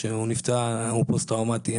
הוא פוסט טראומטי,